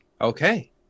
Okay